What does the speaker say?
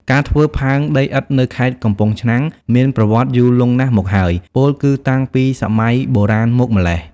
ការធ្វើផើងដីឥដ្ឋនៅខេត្តកំពង់ឆ្នាំងមានប្រវត្តិយូរលង់ណាស់មកហើយ ពោលគឺតាំងពីសម័យបុរាណមកម្ល៉េះ។